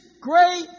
great